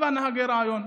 הבה נהגה רעיון,